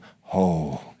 whole